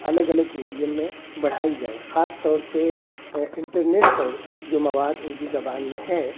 الگ الگ میڈیم میں بڑھائی جائے خاص طور سے انٹرنیٹ پر جو مواد اردو زبان میں ہے